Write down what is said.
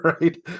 Right